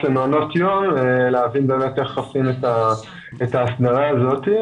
למעונות יום כדי להבין איך עושים את ההפנמה הזאת.